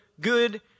good